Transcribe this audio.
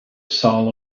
soul